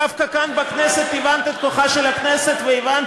דווקא כאן בכנסת הבנת את כוחה של הכנסת והבנת